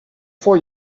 for